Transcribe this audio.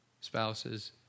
spouses